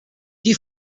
qui